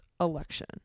election